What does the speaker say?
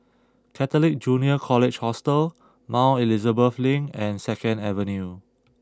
Catholic Junior College Hostel Mount Elizabeth Link and Second Avenue